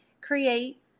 create